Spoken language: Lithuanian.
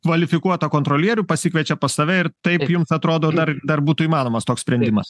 kvalifikuotą kontrolierių pasikviečia pas save ir taip jums atrodo dar dar būtų įmanomas toks sprendimas